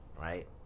right